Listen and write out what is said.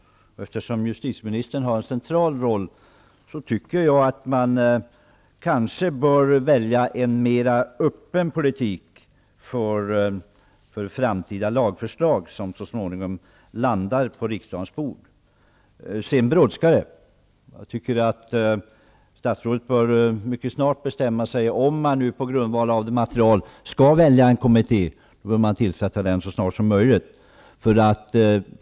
Justitieministern har en central roll. Jag tycker att man kanske bör välja en mer öppen politik för framtida lagförslag, som så småningom landar på riksdagens bord. Det brådskar. Statsrådet bör mycket snart bestämma sig. Om man på grundval av materialet skall välja en kommitté, bör den tillsättas så snart som möjligt.